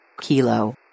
Kilo